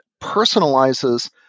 personalizes